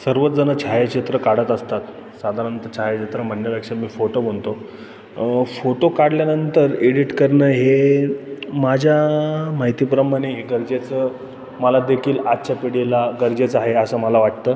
सर्वच जण छायाचित्र काढत असतात साधारणतः छायाचित्र म्हणण्यापेक्षा मी फोटो म्हणतो फोटो काढल्यानंतर एडिट करणं हे माझ्या माहितीप्रमाणे हे गरजेचं मला देेखील आजच्या पिढीला गरजेचं आहे असं मला वाटतं